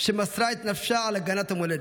שמסרה את נפשה על הגנת המולדת,